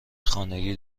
خانگی